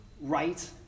right